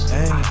Hey